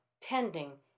tending